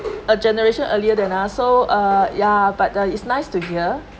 a generation earlier than us so uh yeah but the it's nice to hear